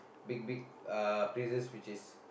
big big uh places which is